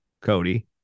Cody